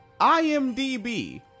imdb